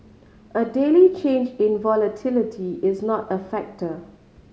a daily change in volatility is not a factor